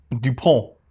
Dupont